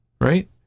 right